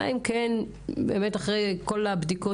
אלא אם אחרי כל הבדיקות